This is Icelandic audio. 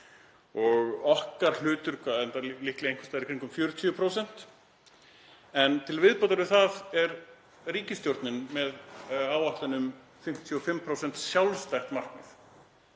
og okkar hlutur endar líklega einhvers staðar í kringum 40%. En til viðbótar við það er ríkisstjórnin með áætlun um sjálfstætt markmið